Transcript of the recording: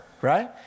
right